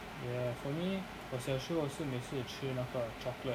ya for me 我小时候是每次吃那个 chocolate